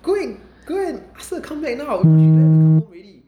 go and go and ask her come back now if not she don't have to come home already